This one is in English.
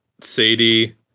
Sadie